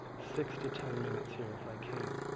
six to ten minutes here if i can.